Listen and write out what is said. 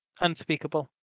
Unspeakable